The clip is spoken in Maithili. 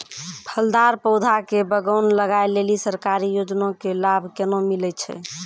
फलदार पौधा के बगान लगाय लेली सरकारी योजना के लाभ केना मिलै छै?